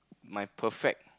my perfect